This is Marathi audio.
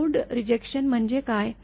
लोड रिजेक्शन म्हणजे काय